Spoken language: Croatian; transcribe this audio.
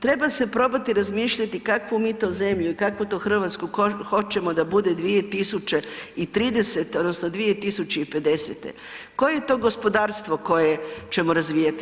Treba se probati razmišljati kakvu mi to zemlju i kakvu to Hrvatsku hoćemo da bude 2030.odnosno 2050., koje je to gospodarstvo koje ćemo razvijati.